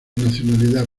nacionalidad